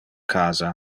casa